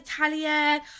Italian